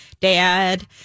dad